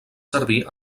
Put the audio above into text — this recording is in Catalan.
servir